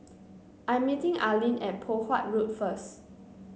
I'm meeting Arleen at Poh Huat Road first